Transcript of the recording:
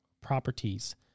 properties